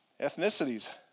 ethnicities